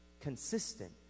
consistent